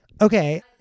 Okay